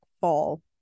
fall